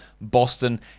Boston